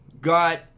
got